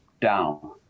down